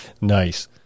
Nice